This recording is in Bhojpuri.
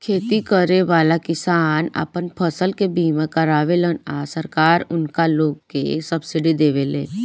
खेती करेवाला किसान आपन फसल के बीमा करावेलन आ सरकार उनका लोग के सब्सिडी देले